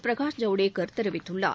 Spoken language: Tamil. பிரகாஷ் ஜவ்டேகர் தெரிவித்துள்ளார்